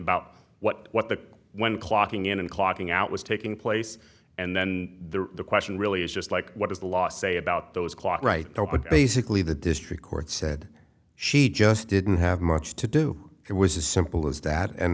about what what the when clocking in and clocking out was taking place and then the question really is just like what is the law say about those caught right now but basically the district court said she just didn't have much to do it was a simple as that and